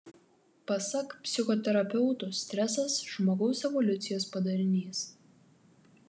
pasak psichoterapeutų stresas žmogaus evoliucijos padarinys